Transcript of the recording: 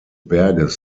berges